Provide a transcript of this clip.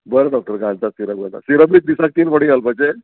बरें डॉक्टर घालता सिरप घालता सिरप बी दीस तीन फाटीं घालपाचे